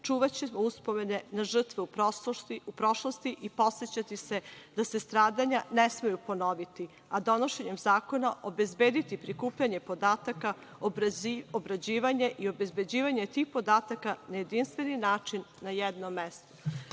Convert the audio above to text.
čuvaće uspomene na žrtve u prošlosti i podsećati se da se stradanja ne smeju ponoviti, a donošenjem zakona obezbediti prikupljanje podataka, obrađivanje i obezbeđivanje tih podataka na jedinstveni način na jednom